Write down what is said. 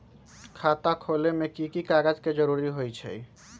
खाता खोले में कि की कागज के जरूरी होई छइ?